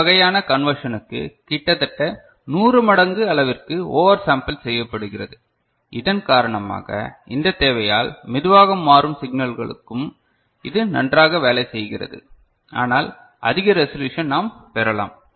இந்த வகையான கண்வேர்ஷனுக்கு கிட்டத்தட்ட 100 மடங்கு அளவிற்கு ஓவர் சாம்பல் செய்யப்படுகிறது இதன் காரணமாக இந்த தேவையால் மெதுவாக மாறும் சிக்னல்லுக்கும் இது நன்றாக வேலை செய்கிறது ஆனால் அதிக ரேசொளுஷன் நாம் பெறலாம்